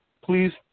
Please